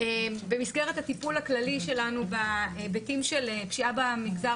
במסגרת הטיפול הכללי שלנו בהיבטים של פשיעה במגזר